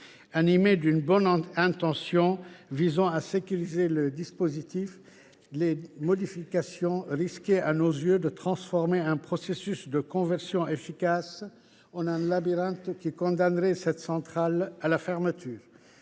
par une bonne intention, à savoir sécuriser le dispositif, les modifications proposées risquaient à nos yeux de transformer un processus de conversion efficace en un labyrinthe qui aurait condamné cette centrale à la fermeture.